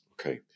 Okay